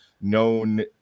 known